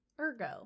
Ergo